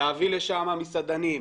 להביא לשם מסעדנים,